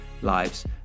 lives